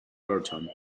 burton